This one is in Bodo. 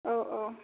औ औ